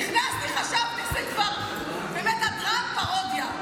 נכנסתי, חשבתי שזה כבר באמת הדרן לפרודיה.